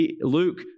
Luke